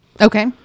Okay